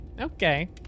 Okay